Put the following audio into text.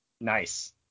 Nice